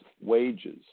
wages